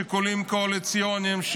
שיקולים קואליציוניים,